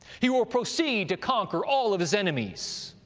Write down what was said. he will proceed to conquer all of his enemies,